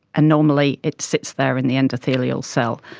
and normally it sits there in the endothelial cell.